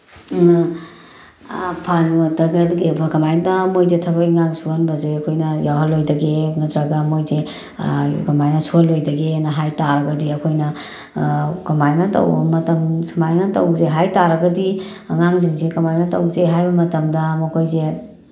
ꯐꯍꯟꯒꯗꯒꯦꯕ ꯀꯃꯥꯏꯅ ꯃꯣꯏꯁꯦ ꯊꯕꯛ ꯏꯪꯈꯥꯡ ꯁꯨꯍꯟꯕꯁꯦ ꯑꯩꯈꯣꯏꯅ ꯌꯥꯎꯍꯜꯂꯣꯏꯗꯒꯦ ꯅꯠꯇ꯭ꯔꯒ ꯃꯣꯏꯁꯦ ꯀꯃꯥꯏꯅ ꯁꯨꯍꯜꯂꯣꯏꯗꯒꯦꯅ ꯍꯥꯏ ꯇꯥꯔꯒꯗꯤ ꯑꯩꯈꯣꯏꯅ ꯀꯃꯥꯏꯅ ꯇꯧꯕ ꯃꯇꯝ ꯁꯨꯃꯥꯏꯅ ꯇꯧꯁꯦ ꯍꯥꯏ ꯇꯥꯔꯒꯗꯤ ꯑꯉꯥꯡꯁꯤꯡ ꯀꯃꯥꯏꯅ ꯇꯧꯁꯦ ꯍꯥꯏꯕ ꯃꯇꯝꯗ ꯃꯈꯣꯏꯁꯦ